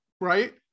right